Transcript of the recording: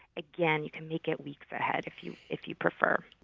again, you can make it weeks ahead if you if you prefer